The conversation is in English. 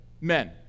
men